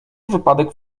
wypadek